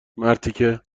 مرتیکه